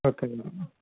okay madam